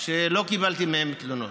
שלא קיבלתי מהם תלונות.